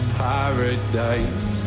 paradise